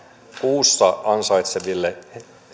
kuussa ansaitseville